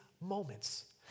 moments